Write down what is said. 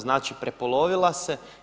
Znači prepolovila se.